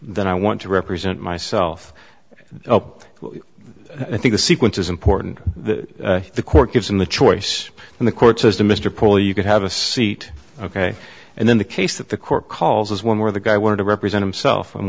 that i want to represent myself up to i think the sequence is important that the court gives him the choice and the court says to mr paul you could have a seat ok and then the case that the court calls is one where the guy wanted to represent himself and